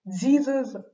Jesus